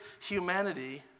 humanity